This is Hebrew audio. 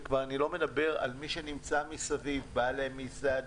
ואני כבר לא מדבר על מי שנמצא מסביב בעלי מסעדות,